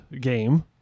game